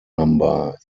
number